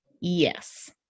Yes